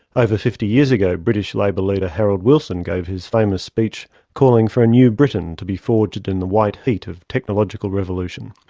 over fifty years ago, british labour leader harold wilson gave his famous speech calling for a new britain to be forged in the white heat of technological revolution.